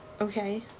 Okay